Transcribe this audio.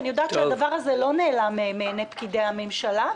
אני יודעת שהדבר הזה לא נעלם מעיני פקידי הממשלה,